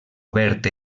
obert